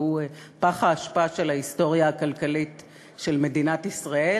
והוא פח האשפה של ההיסטוריה הכלכלית של מדינת ישראל.